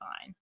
fine